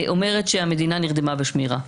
אומרת שהמדינה נרדמה בשמירה,